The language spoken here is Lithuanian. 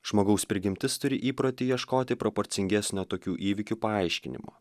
žmogaus prigimtis turi įprotį ieškoti proporcingesnio tokių įvykių paaiškinimo